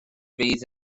fydd